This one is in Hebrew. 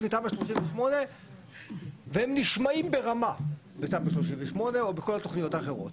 מתמ"א 38 והם נשמעים ברמה בתמ"א 38 או בכל התוכניות האחרות,